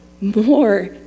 more